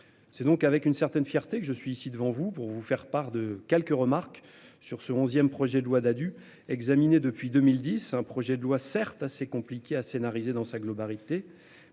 C'est donc avec une certaine fierté que je suis ici devant vous pour vous faire part de quelques remarques sur ce 11ème, projet de loi Dadu examiné depuis 2010 un projet de loi certes assez compliqué a scénarisé dans sa globalité,